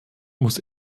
muss